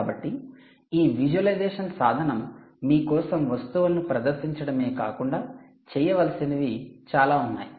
కాబట్టి ఈ విజువలైజేషన్ సాధనం మీ కోసం వస్తువులను ప్రదర్శించడమే కాకుండా చేయవలసినవి చాలా ఉన్నాయి